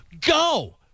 Go